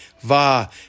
va